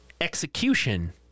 execution